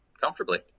comfortably